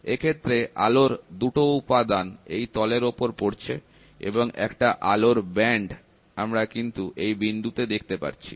এ ক্ষেত্রে আলোর দুটো উপাদান এই তলের উপর পড়ছে এবং একটা আলোর ব্যান্ড আমরা এই বিন্দুতে দেখতে পাচ্ছি